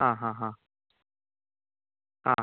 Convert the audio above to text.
ആ ആ ആ